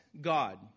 God